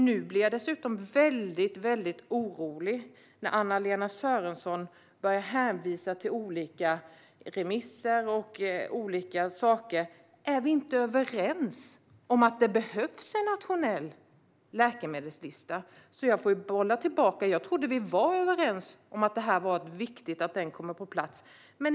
Nu när Anna-Lena Sörenson hänvisar till olika remisser och annat blir jag dessutom väldigt orolig. Är vi inte överens om att det behövs en nationell läkemedelslista? Jag får bolla tillbaka frågan för jag trodde att vi var överens om att det är viktigt att den kommer på plats.